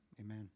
amen